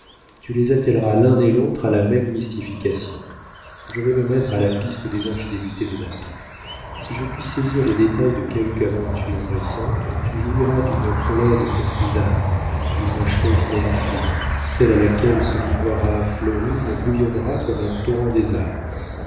tu les attelleras l'un et l'autre à la même mystification je vais me mettre à la piste des infidélités de nathan si je puis saisir les détails de quelque aventure récente tu jouiras d'une colère de courtisane une chose magnifique celle à laquelle se livrera florine bouillonnera comme un torrent des alpes